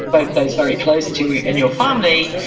both those very close to you in your family,